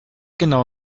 genau